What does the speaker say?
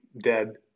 dead